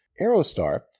Aerostar